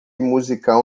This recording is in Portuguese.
musical